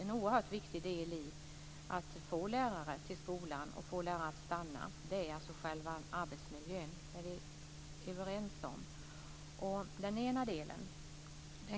En oerhört viktig del när det gäller att få lärare till skolan och att få lärare att stanna tror jag är själva arbetsmiljön. Det är vi överens om. Den ena delen